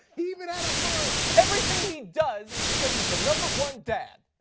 even had a mug. everything he does is because he's the number one dad.